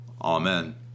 Amen